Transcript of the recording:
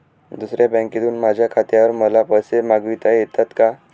दुसऱ्या बँकेतून माझ्या खात्यावर मला पैसे मागविता येतात का?